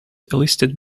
elicited